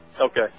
Okay